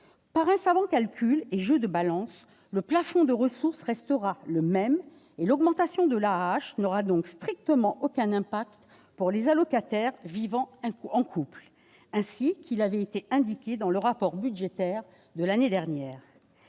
Par un savant calcul et par un jeu de balances, le plafond de ressources restera le même. L'augmentation de l'AAH n'aura donc strictement aucun impact sur les allocataires vivant en couple, ainsi que le rapport budgétaire de l'année dernière